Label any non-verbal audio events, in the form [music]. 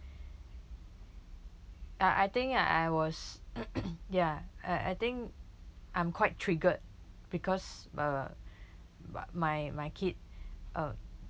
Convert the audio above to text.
ah I think ah I was [coughs] ya uh I think I'm quite triggered because uh b~ my my kid uh